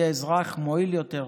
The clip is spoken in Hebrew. יהיה אזרח מועיל יותר,